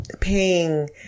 paying